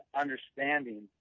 understanding